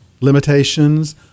limitations